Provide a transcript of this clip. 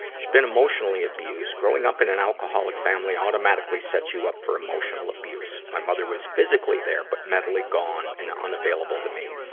she's been emotionally abused. growing up in an alcoholic family automatically sets you up for emotional abuse. my mother was physically there, but mentally gone and unavailable to me.